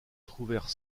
trouvèrent